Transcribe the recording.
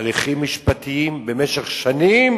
הליכים משפטיים במשך שנים,